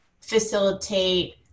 facilitate